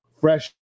fresh